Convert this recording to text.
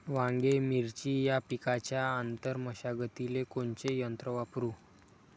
वांगे, मिरची या पिकाच्या आंतर मशागतीले कोनचे यंत्र वापरू?